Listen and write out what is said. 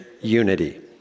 unity